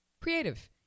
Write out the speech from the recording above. creative